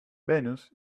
venus